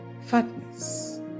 Fatness